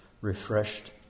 refreshed